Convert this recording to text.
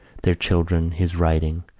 their children, his writing,